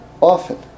Often